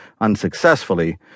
unsuccessfully